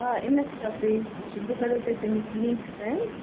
آ insta page تہِ چھُ بہٕ کَرو تۄہہِ تَمِچ لِنٛک سٮ۪نٛڈ